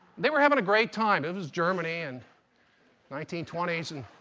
they were having a great time. it was germany, and nineteen twenties. and